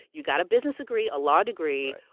you got a business degree, a law degree,